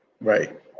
Right